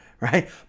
right